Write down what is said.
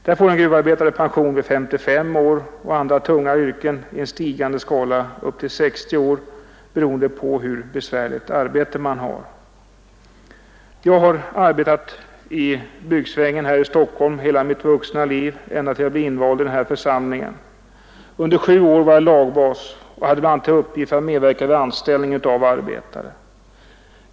Där får en gruvarbetare pension vid 55 år, och arbetare i andra tunga yrken får pension i en stigande skala upp till 60 år, beroende på hur besvärligt arbete man har. Jag har arbetat i byggsvängen här i Stockholm hela mitt vuxna liv, ända tills jag blev invald i den här församlingen. Under sju år var jag lagbas och hade bl.a. till uppgift att medverka vid anställningen av arbetare.